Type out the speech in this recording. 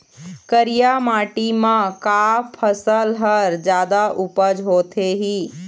करिया माटी म का फसल हर जादा उपज होथे ही?